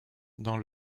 dans